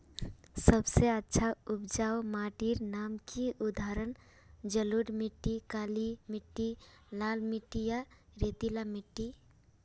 सबसे अच्छा उपजाऊ माटिर नाम की उदाहरण जलोढ़ मिट्टी, काली मिटटी, लाल मिटटी या रेतीला मिट्टी?